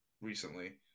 recently